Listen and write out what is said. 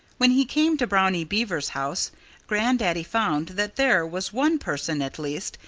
when he came to brownie beaver's house grandaddy found that there was one person, at least,